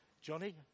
Johnny